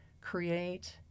create